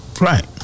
Right